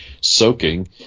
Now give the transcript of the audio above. soaking